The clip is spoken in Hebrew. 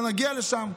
שלא נגיע לשם.